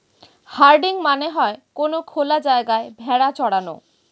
herding মানে হয়ে কোনো খোলা জায়গায় ভেড়া চরানো